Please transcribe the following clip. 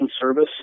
service